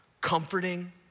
comforting